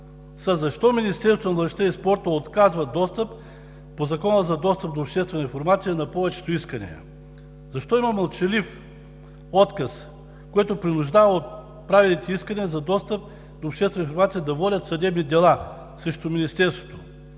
защо Министерството на младежта и спорта отказва достъп по Закона за достъп до обществена информация на повечето искания? Защо има мълчалив отказ, което принуждава отправените искания за достъп до обществена информация да водят съдебни дела срещу Министерството?